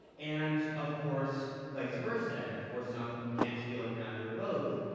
and of course vice versa. and of course, some kids feel like neither or both.